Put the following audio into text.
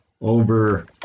over